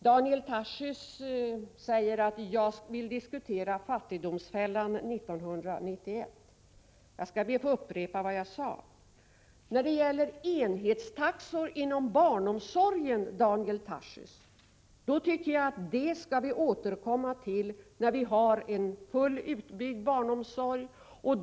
Daniel Tarschys säger att jag vill diskutera fattigdomsfällan år 1991. Jag skall be att få upprepa vad jag sade. Enhetstaxor inom barnomsorgen, Daniel Tarschys, tycker jag att vi skall återkomma till när vi har en fullt utbyggd barnomsorg.